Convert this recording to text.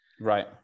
Right